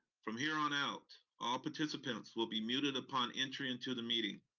from here on out, all participants will be muted upon entry into the meeting.